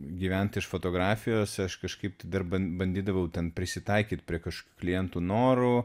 gyventi iš fotografijos aš kažkaip dar ban banddavau ten prisitaikyt prie kaž klientų norų